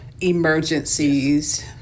emergencies